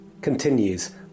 continues